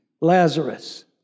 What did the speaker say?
Lazarus